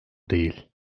değil